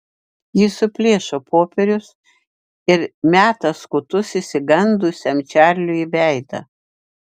ji suplėšo popierius ir meta skutus išsigandusiam čarliui į veidą